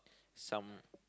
some